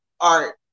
art